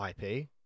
IP